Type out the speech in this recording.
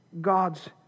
God's